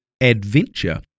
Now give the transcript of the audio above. adventure